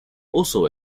also